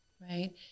Right